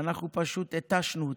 פשוט התשנו אותם,